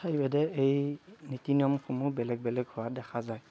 ঠাই ভেদে এই নীতি নিয়মসমূহ বেলেগ বেলেগ হোৱা দেখা যায়